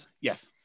yes